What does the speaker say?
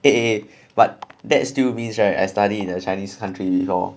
eh eh but that still means right I study in a chinese country before